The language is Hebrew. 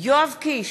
יואב קיש,